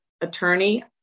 attorney